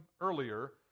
earlier